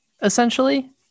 Essentially